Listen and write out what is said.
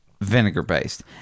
vinegar-based